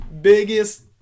biggest